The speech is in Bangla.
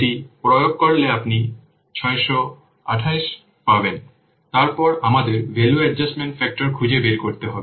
এটি প্রয়োগ করলে আপনি 628 পাবেন তারপর আমাদের ভ্যালু অ্যাডজাস্টমেন্ট ফ্যাক্টর খুঁজে বের করতে হবে